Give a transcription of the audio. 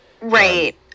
Right